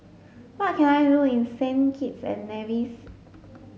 what can I do in Saint Kitts and Nevis